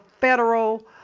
federal